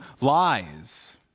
lies